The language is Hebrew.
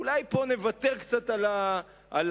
אולי פה נוותר קצת על הדמוקרטיה,